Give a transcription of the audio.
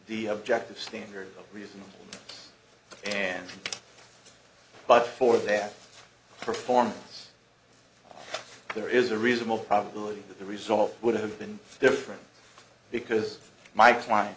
the objective standard reasonable and but for their performance there is a reasonable probability that the result would have been different because my